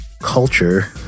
culture